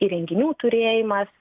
įrenginių turėjimas